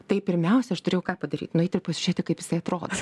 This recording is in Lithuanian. tai pirmiausia aš turėjau ką padaryt nueit ir pasižiūrėti kaip jisai atrodo